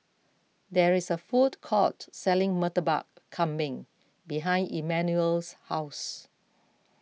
there is a food court selling Murtabak Kambing behind Emmanuel's house